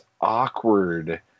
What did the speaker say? awkward